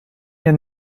hier